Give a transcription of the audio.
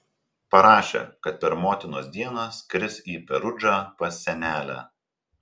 parašė kad per motinos dieną skris į perudžą pas senelę